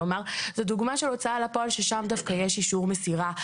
נתן זו דוגמה של הוצאה לפועל ששם דווקא יש אישור מסירה.